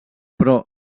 però